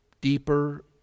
deeper